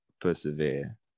persevere